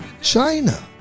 China